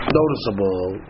noticeable